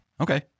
Okay